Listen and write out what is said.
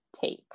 take